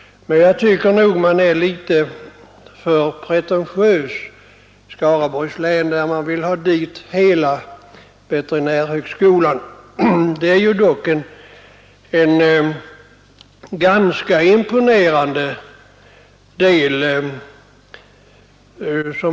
Jag tycker emellertid att man är litet för pretentiös i Skaraborgs län, när man vill ha dit hela veterinärhögskolan. Man har dock fått dit en ganska imponerande del.